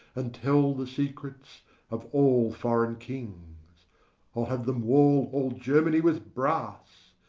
and tell the secrets of all foreign kings i'll have them wall all germany with brass,